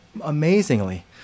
amazingly